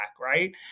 Right